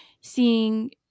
seeing